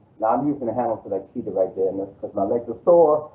now i'm using a handle so but i cheated right there in this cause my legs are sore,